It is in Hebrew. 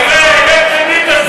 חבר'ה, הבאתם לי את הסעיף.